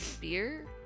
beer